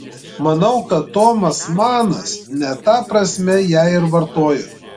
manau kad tomas manas ne ta prasme ją ir vartojo